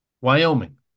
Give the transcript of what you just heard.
Wyoming